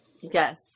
yes